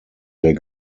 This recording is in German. der